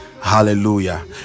Hallelujah